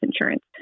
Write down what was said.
insurance